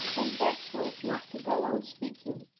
and begged her not to go on speaking.